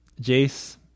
Jace